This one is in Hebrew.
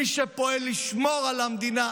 מי שפועל לשמור על המדינה,